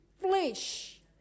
flesh